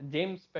James